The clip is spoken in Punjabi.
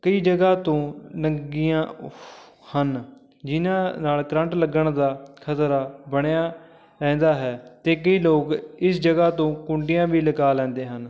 ਕਈ ਜਗ੍ਹਾ ਤੋਂ ਨੰਗੀਆਂ ਹਨ ਜਿਨ੍ਹਾਂ ਨਾਲ ਕਰੰਟ ਲੱਗਣ ਦਾ ਖਤਰਾ ਬਣਿਆ ਰਹਿੰਦਾ ਹੈ ਅਤੇ ਕਈ ਲੋਕ ਇਸ ਜਗ੍ਹਾ ਤੋਂ ਕੁੰਡੀਆਂ ਵੀ ਲਗਾ ਲੈਂਦੇ ਹਨ